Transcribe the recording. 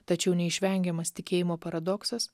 tačiau neišvengiamas tikėjimo paradoksas